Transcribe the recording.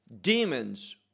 demons